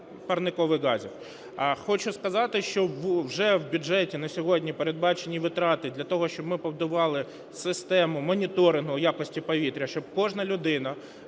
Хочу сказати, що вже в бюджеті на сьогодні передбачені витрати для того, щоб ми побудували систему моніторингу якості повітря. Щоб кожна людина